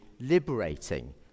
liberating